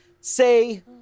say